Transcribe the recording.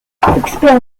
expand